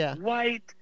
white